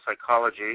Psychology